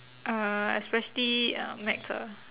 uh especially uh maths ah